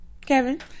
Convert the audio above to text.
Kevin